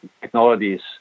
technologies